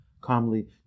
calmly